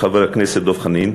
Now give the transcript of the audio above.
חבר הכנסת דב חנין,